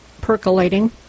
percolating